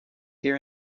here